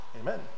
Amen